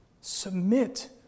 Submit